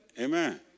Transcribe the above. Amen